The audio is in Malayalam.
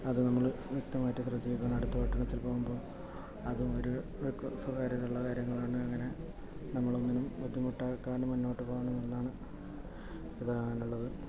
അതു നമ്മൾ വ്യക്തമായിട്ട് ശ്രദ്ധിക്കണം അടുത്ത പട്ടണത്തിൽ പോകുമ്പോൾ അതും ഒരു സ്വകാര്യതയുള്ള കാര്യമാണ് അങ്ങനെ നമ്മൾ ഒന്നിനും ബുദ്ധിമുട്ടാക്കാണ്ട് മുന്നോട്ടു പോകണമെന്നാണ് പറയാനുള്ളത്